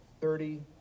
Thirty